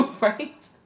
Right